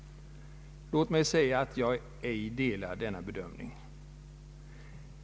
Låt mig säga att jag ej delar denna bedömning.